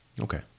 Okay